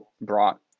brought